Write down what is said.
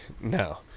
no